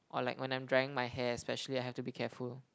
or like when I'm drying my hair especially I have to be careful